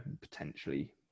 potentially